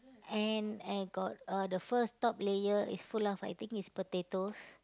and I got uh the first top layer is full of I think is potatoes